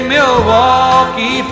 Milwaukee